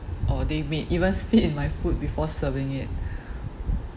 or they may even spit in my food before serving it